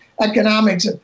economics